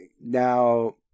now